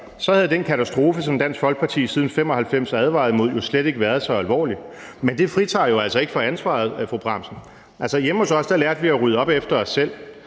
så havde den katastrofe, som Dansk Folkeparti siden 1995 har advaret imod, jo slet ikke været så alvorlig. Men det fritager jo altså ikke for ansvaret, fru Trine Bramsen. Hjemme hos os lærte vi at rydde op efter os selv,